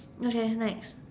okay next